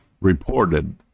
reported